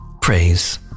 Praise